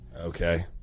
Okay